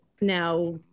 Now